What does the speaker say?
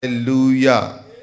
Hallelujah